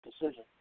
decision